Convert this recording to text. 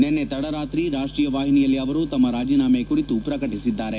ನಿನ್ನೆ ತಡರಾತ್ರಿ ರಾಷ್ಷೀಯ ವಾಹಿನಿಯಲ್ಲಿ ಅವರು ತಮ್ಮ ರಾಜೀನಾಮೆ ಕುರಿತು ಪ್ರಕಟಿಸಿದ್ದಾರೆ